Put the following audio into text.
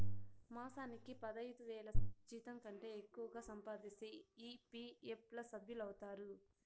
మాసానికి పదైదువేల జీతంకంటే ఎక్కువగా సంపాదిస్తే ఈ.పీ.ఎఫ్ ల సభ్యులౌతారు